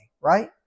right